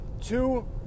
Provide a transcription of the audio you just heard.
two